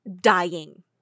dying